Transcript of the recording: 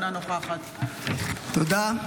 אינה נוכחת תודה,